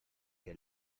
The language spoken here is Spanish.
qué